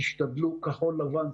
תשתדלו כחול לבן,